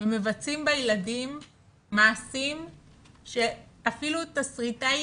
ומבצעים בילדים מעשים שאפילו תסריטאי